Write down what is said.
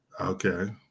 Okay